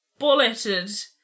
bulleted